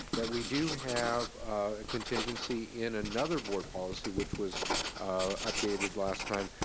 that we do have a contingency in another board policy which was updated last time,